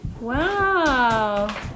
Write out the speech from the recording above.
Wow